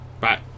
Bye